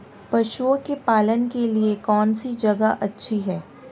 पशुओं के पालन के लिए कौनसी जगह अच्छी है?